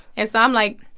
and so i'm, like,